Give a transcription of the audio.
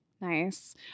Nice